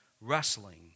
wrestling